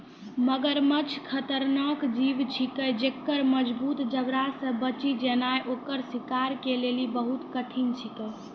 मगरमच्छ खतरनाक जीव छिकै जेक्कर मजगूत जबड़ा से बची जेनाय ओकर शिकार के लेली बहुत कठिन छिकै